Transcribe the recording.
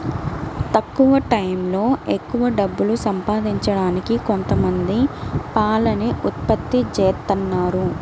తక్కువ టైయ్యంలో ఎక్కవ డబ్బులు సంపాదించడానికి కొంతమంది పాలని ఉత్పత్తి జేత్తన్నారు